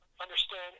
understand